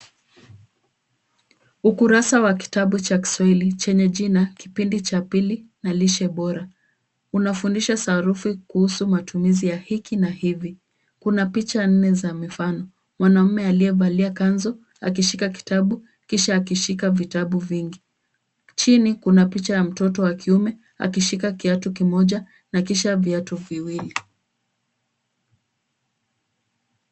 Ukurasa wa kitabu cha kiswahili chenye jina kipindi cha pili na lishe bora. Wanafundisha sarufi kuusu matumizi ya hiki na hivi. Kuna picha nne za mifano. Mwanamme aliyevalia kanzu akishika kitabu, kisha akishika vitabu vingi. Chini kuna picha ya mtoto wa kiume akishika kiatu kimoja na kisha viatu viwili.